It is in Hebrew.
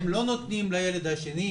הם לא נותנים לילד השני.